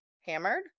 hammered